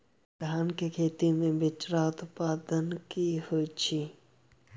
धान केँ खेती मे बिचरा उत्पादन की होइत छी?